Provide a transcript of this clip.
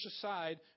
aside